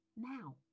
now